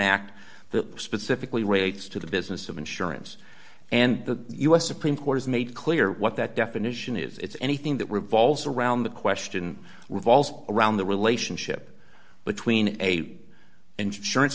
that specifically rates to the business of insurance and the u s supreme court has made clear what that definition is it's anything that revolves around the question revolves around the relationship between a insurance